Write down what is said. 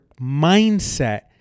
mindset